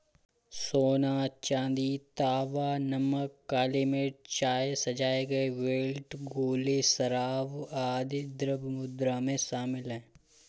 सोना, चांदी, तांबा, नमक, काली मिर्च, चाय, सजाए गए बेल्ट, गोले, शराब, आदि द्रव्य मुद्रा में शामिल हैं